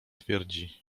twierdzi